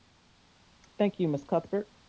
thank you, ms. cuthbert.